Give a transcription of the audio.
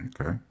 Okay